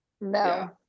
no